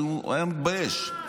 הוא היה מתבייש.